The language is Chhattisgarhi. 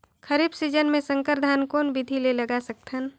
खरीफ सीजन मे संकर धान कोन विधि ले लगा सकथन?